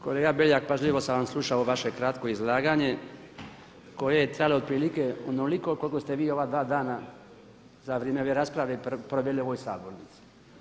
Kolega Beljak, pažljivo sam vam slušao vaše kratko izlaganje koje je trajalo otprilike onoliko koliko ste vi ova dva dana za vrijeme ove rasprave proveli u ovoj sabornici.